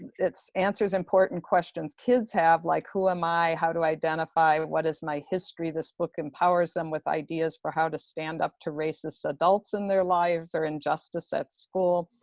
answers important questions kids have like, who am i? how to identify? what is my history? this book empowers them with ideas for how to stand up to racist adults in their lives or injustice at school.